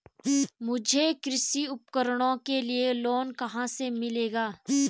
मुझे कृषि उपकरणों के लिए लोन कहाँ से मिलेगा?